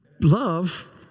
Love